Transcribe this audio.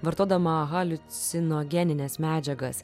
vartodama haliucinogenines medžiagas